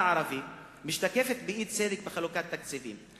הערבי משתקפת באי-צדק בחלוקת תקציבים.